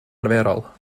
arferol